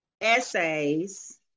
essays